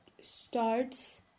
starts